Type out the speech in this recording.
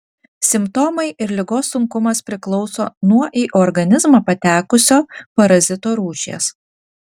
simptomai ir ligos sunkumas priklauso nuo į organizmą patekusio parazito rūšies